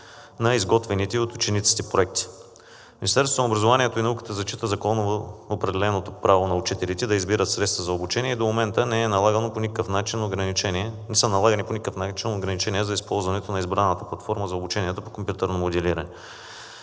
на изготвените от учениците проекти.“ Министерството на образованието и науката зачита законово определеното право на учителите да избират средства за обучение и до момента не са налагани по никакъв начин ограничения за използването на избраната платформа за обучението по компютърно моделиране.